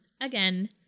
again